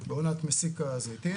אנחנו עכשיו בעונת מסיק הזיתים,